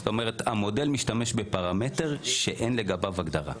זאת אומרת, המודל משתמש בפרמטר שאין לגביו הגדרה.